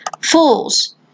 Fools